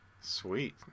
Sweet